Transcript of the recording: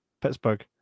Pittsburgh